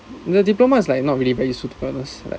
and the diploma is like not really very suitable to be honest like